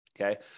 Okay